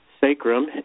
sacrum